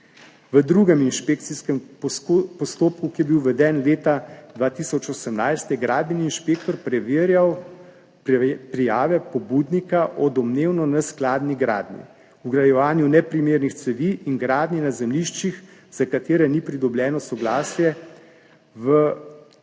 V drugem inšpekcijskem postopku, ki je bil uveden leta 2018, je gradbeni inšpektor preverjal prijave pobudnika o domnevno neskladni gradnji, vgrajevanju neprimernih cevi in gradnji na zemljiščih, za katere ni pridobljeno soglasje v